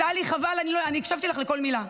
טלי, חבל, אני הקשבתי לך לכל מילה.